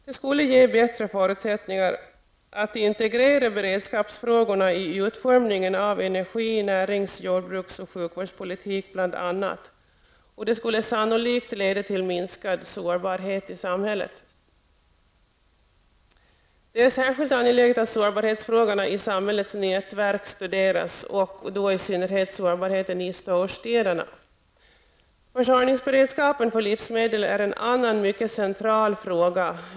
Detta skulle ge bättre förutsättningar att integrera beredskapsfrågorna i utformningen av bl.a. Det skulle sannolikt leda till en minskad sårbarhet i samhället. Det är särskilt angeläget att sårbarhetsfrågorna i samhällets nätverk studeras, i synnerhet sårbarheten i storstäderna. Försörjningsberedskapen för livsmedel är en annan mycket central fråga.